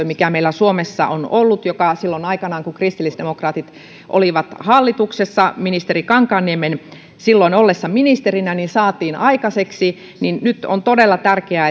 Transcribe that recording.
mikä meillä suomessa on ollut joka silloin aikanaan kun kristillisdemokraatit olivat hallituksessa ministeri kankaanniemen silloin ollessa ministerinä saatiin aikaiseksi se on todella tärkeää